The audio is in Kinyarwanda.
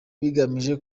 bigamije